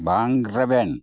ᱵᱟᱝ ᱨᱮᱵᱮᱱ